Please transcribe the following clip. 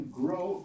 grow